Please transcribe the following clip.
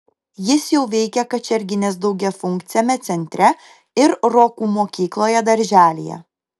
jis jau veikia kačerginės daugiafunkciame centre ir rokų mokykloje darželyje